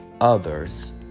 others